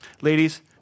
Ladies